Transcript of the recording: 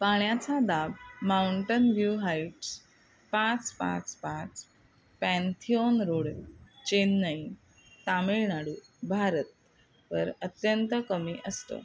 पाण्याचा दाब Mountain View Heights पाच पाच पाच पॅन्थिऑन रोड चेन्नई तामिळनाडू भारत वर अत्यंत कमी असतो